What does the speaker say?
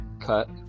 cut